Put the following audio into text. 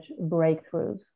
breakthroughs